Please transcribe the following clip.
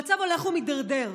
המצב הולך ומידרדר.